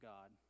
God